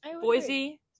Boise